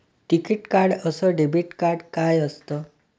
टिकीत कार्ड अस debit card काय असत?